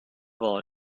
wahl